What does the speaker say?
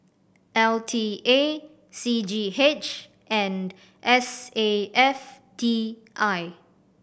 L T A C G H and S A F T I